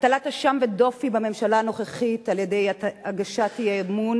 הטלת אשם ודופי בממשלה הנוכחית על-ידי הגשת האי-אמון